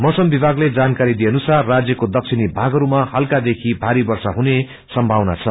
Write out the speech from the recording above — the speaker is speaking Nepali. मौसम विभागले जानाकारी दिए अनुसार राज्यको दक्षिणी भागहरूमा हल्का देखि भारी वर्षा हुने संभावना छ